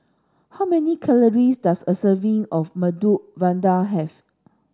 how many calories does a serving of Medu Vada have